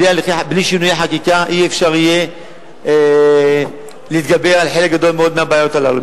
בלי שינויי חקיקה לא יהיה אפשר להתגבר על חלק גדול מאוד מהבעיות הללו.